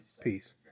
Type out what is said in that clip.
peace